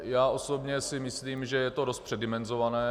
Já osobně si myslím, že je to dost předimenzované.